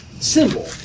symbol